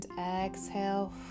exhale